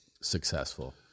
successful